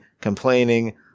complaining